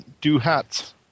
do-hats